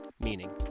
Meaning